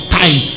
time